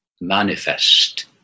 manifest